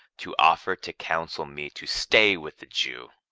to offer to counsel me to stay with the jew.